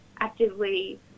actively